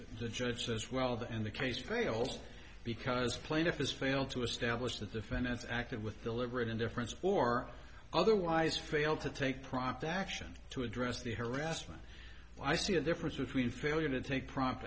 the judge says well that in the case failed because plaintiff has failed to establish that the finance acted with deliberate indifference or otherwise failed to take prompt action to address the harassment i see a difference between failure to take prompt